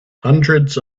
hundreds